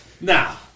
Now